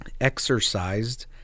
Exercised